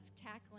tackling